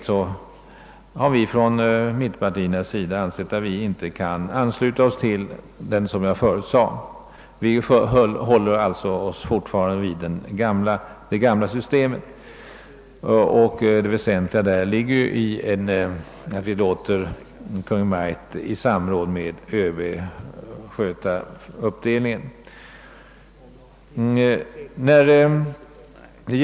Som jag förut sade kan mittenpartierna inte ansluta sig till detta förslag. Vi håller oss fortfarande till det gamla systemet. Det väsentliga i detta system består däri att vi låter Kungl. Maj:t i samråd med ÖB sköta fördelningen av anslagen.